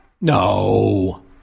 No